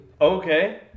Okay